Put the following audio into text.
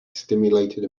stimulated